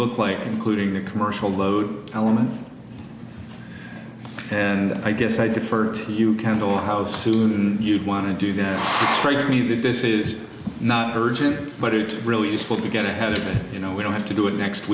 look like including the commercial load element and i guess i defer to you count on how soon you'd want to do that strikes me that this is not urgent but it really useful to get ahead of it you know we don't have to do it next